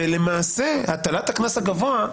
ולמעשה הטלת הקנס הגבוה,